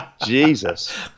Jesus